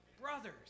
brothers